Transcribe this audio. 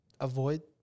avoid